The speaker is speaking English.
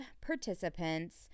participants